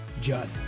Judd